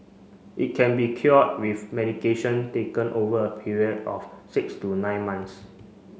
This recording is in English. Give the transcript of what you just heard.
it can be cured with medication taken over a period of six to nine months